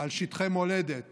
על שטחי מולדת